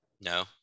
No